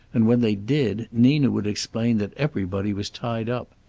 and when they did nina would explain that everybody was tied up.